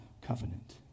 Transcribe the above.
covenant